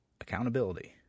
accountability